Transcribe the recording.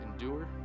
endure